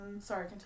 Sorry